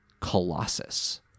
colossus